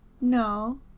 No